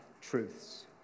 truths